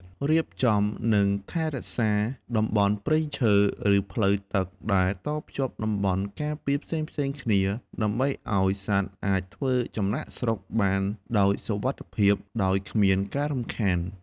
រៀបចំ និងថែរក្សាតំបន់ព្រៃឈើ ឬផ្លូវទឹកដែលតភ្ជាប់តំបន់ការពារផ្សេងៗគ្នា ដើម្បីឱ្យសត្វអាចធ្វើចំណាកស្រុកបានដោយសុវត្ថិភាព ដោយគ្មានការរំខាន។